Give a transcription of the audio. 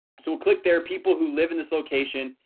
so we'll click there people who live in this location.